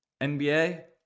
NBA